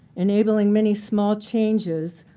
enabling many small changes,